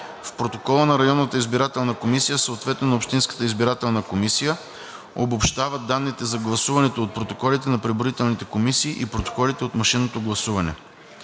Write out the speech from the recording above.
В протокола на районната избирателна комисия, съответно на общинската избирателна комисия, се обобщават данните за гласуването от протоколите на преброителните комисии и протоколите от машинното гласуване.